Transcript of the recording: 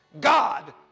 God